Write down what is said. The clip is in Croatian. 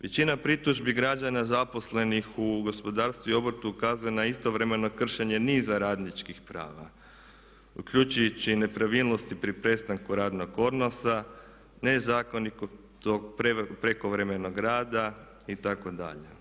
Većina pritužbi građana zaposlenih u gospodarstvu i obrtu ukazuje na istovremeno kršenje niza radničkih prava uključujući i nepravilnosti pri prestanku radnog odnosa, nezakonitog prekovremenog rada itd.